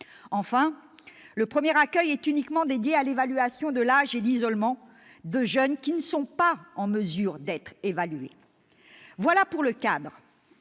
Enfin, le premier accueil est uniquement dédié à l'évaluation de l'âge et à l'isolement de jeunes qui ne sont pas en mesure d'être évalués. Voilà pour le cadre